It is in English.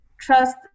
trust